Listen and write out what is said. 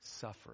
suffering